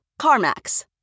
CarMax